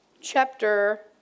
chapter